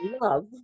love